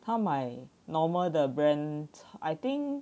她买 normal the brand I think